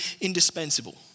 indispensable